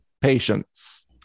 patience